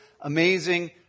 amazing